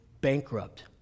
bankrupt